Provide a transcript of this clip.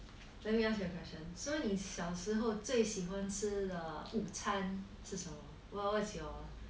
let me ask you a question so 你小时候最喜欢吃的午餐是什么 what what is your